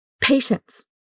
Patience